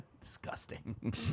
Disgusting